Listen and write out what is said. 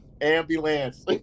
Ambulance